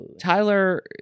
Tyler